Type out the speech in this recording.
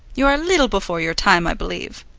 you are a leetle before your time, i believe.